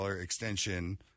extension